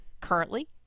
currently